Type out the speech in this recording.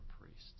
priests